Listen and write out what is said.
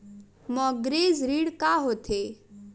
Mortgage ऋण का होथे?